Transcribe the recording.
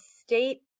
state